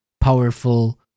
powerful